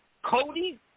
Cody